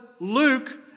Luke